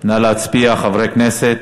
נא להצביע, חברי הכנסת.